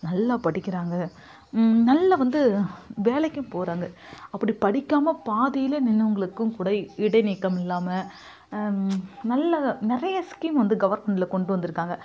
நல்லா படிக்கிறாங்க நல்லா வந்து வேலைக்கும் போகிறாங்க அப்படி படிக்காமல் பாதியில நின்றவங்களுக்கும் கூட இடைநீக்கம் இல்லாமல் நல்ல நிறைய ஸ்கீம் வந்து கவர்மெண்ட்ல கொண்டு வந்திருக்காங்க